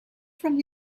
from